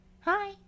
Hi